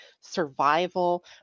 survival